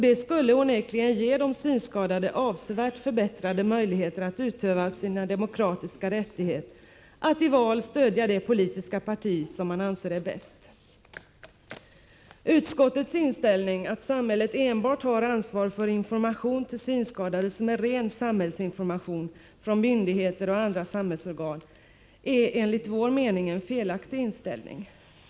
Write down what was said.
Det skulle onekligen ge de synskadade avsevärt förbättrade möjligheter att utöva sin demokratiska rättighet att i val stödja det politiska parti som man anser vara bäst. Utskottets inställning, att samhället enbart har ansvar för sådan information till synskadade som är ren samhällsinformation från myndigheter och andra samhällsorgan, är enligt vår mening en felaktig inställning.